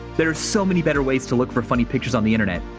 there are so many better ways to look for funny pictures on the internet.